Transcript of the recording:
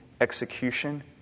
execution